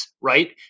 right